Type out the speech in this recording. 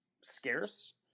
scarce